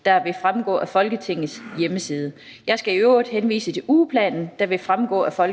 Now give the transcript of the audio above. der vil fremgå af Folketingets hjemmeside. Jeg skal i øvrigt henvise til ugeplanen, der vil fremgå af Folketingets